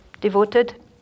devoted